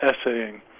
essaying